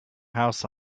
house